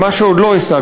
על מה שעוד לא השגנו.